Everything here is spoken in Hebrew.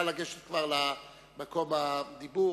נא לגשת כבר למקום הדיבור,